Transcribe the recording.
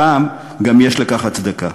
הפעם גם יש לכך הצדקה.